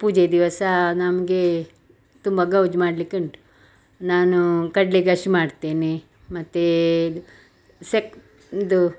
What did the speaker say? ಪೂಜೆಯ ದಿವಸಾ ನಮಗೆ ತುಂಬ ಗೌಜ್ ಮಾಡಲಿಕ್ಕೆ ಉಂಟು ನಾನು ಕಡಲೆ ಗಶ್ ಮಾಡ್ತೇನೆ ಮತ್ತು ಇದು ಸೆಕ್ ಇದು